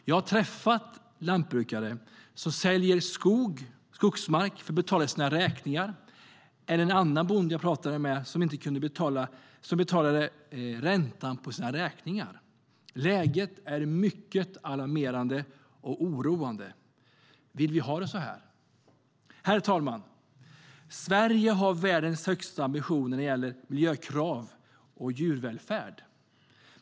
Jag har träffat lantbrukare som säljer skogsmark för att kunna betala sina räkningar. En bonde jag pratade med betalade bara räntan på räkningarna. Läget är mycket alarmerande och oroande. Vill vi ha det så här? Herr talman! Sverige har världens högsta ambitioner när det gäller miljökrav och djurvälfärd.